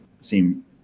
seem